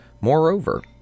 Moreover